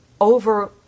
over